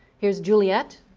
here's juliet.